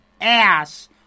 ass